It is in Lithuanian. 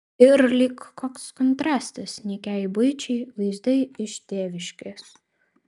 ir lyg koks kontrastas nykiai buičiai vaizdai iš tėviškės